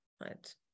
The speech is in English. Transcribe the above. right